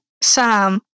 Sam